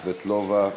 סבטלובה,